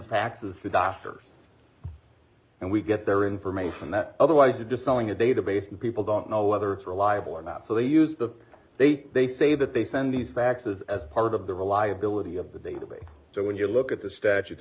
faxes to doctors and we get their information that otherwise you do something a database and people don't know whether it's reliable or not so they use the they they say that they send these faxes as part of the reliability of the database so when you look at the statute to